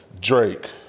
Drake